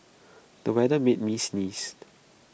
the weather made me sneeze